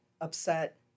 upset